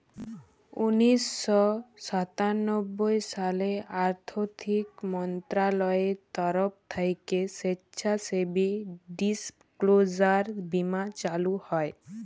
উনিশ শ সাতানব্বই সালে আথ্থিক মলত্রলালয়ের তরফ থ্যাইকে স্বেচ্ছাসেবী ডিসক্লোজার বীমা চালু হয়